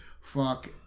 fuck